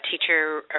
teacher